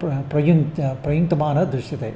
प्र प्रयुङ्क्त प्रयुङ्क्तमानः दृश्यते